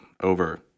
over